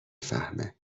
فهمه